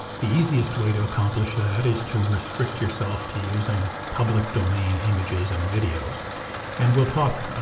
the easiest way to accomplish that is to restrict yourself to using public domain images and videos and we'll talk,